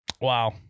Wow